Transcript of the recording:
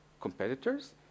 competitors